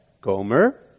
Gomer